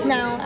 Now